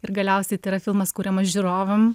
ir galiausiai tai yra filmas kuriamas žiūrovam